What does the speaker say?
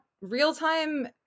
real-time